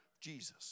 Jesus